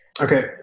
Okay